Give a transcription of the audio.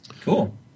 Cool